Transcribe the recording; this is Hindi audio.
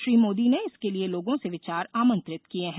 श्री मोदी ने इसके लिए लोगों से विचार आमंत्रित किए हैं